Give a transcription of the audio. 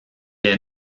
est